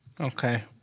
Okay